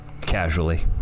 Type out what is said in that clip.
Casually